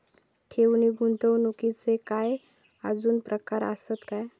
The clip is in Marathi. ठेव नी गुंतवणूकचे काय आजुन प्रकार आसत काय?